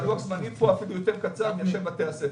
לוח הזמנים פה אפילו יותר קצר משל בתי הספר.